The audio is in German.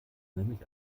nämlich